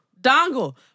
dongle